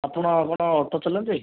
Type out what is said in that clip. ଆପଣ କ'ଣ ଅଟୋ ଚଲାନ୍ତି